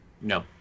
No